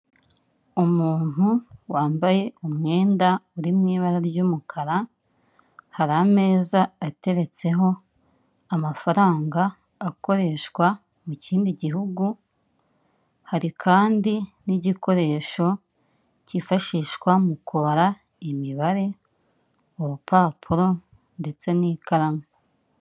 Umuntu wambaye umwenda uri mu ibara ry'umukara, hari ameza ateretseho amafaranga akoreshwa mu kindi gihugu, hari kandi n'igikoresho cyifashishwa mu kubara imibare, urupapuro ndetse n'ikaramu.